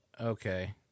Okay